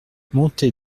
montée